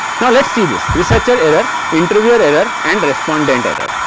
now let see this researcher error, interviewer error and respondent error